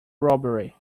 robbery